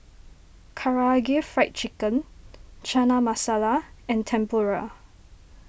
Karaage Fried Chicken Chana Masala and Tempura